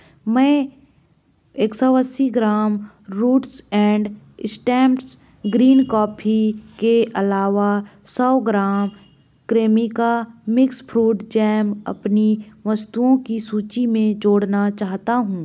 मैं एक सौ अस्सी ग्राम roots and stems green coffee के अलावा सौ ग्राम क्रेमिका मिक्स फ्रूट जैम अपनी वस्तुओं की सूची में जोड़ना चाहता हूँ